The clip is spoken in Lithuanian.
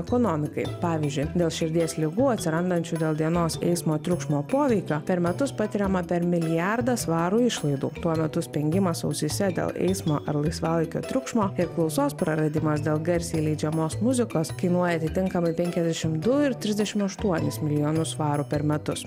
ekonomikai pavyzdžiui dėl širdies ligų atsirandančių dėl dienos eismo triukšmo poveikio per metus patiriama per milijardą svarų išlaidų tuo metu spengimas ausyse dėl eismo ar laisvalaikio triukšmo ir klausos praradimas dėl garsiai leidžiamos muzikos kainuoja atitinkamai penkiasdešim du ir trisdešim aštuonis milijonus svarų per metus